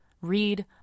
read